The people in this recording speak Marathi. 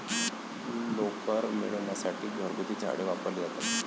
लोकर मिळविण्यासाठी घरगुती झाडे वापरली जातात